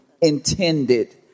intended